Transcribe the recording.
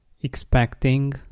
expecting